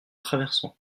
traversant